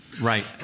Right